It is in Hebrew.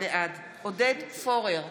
בעד עודד פורר,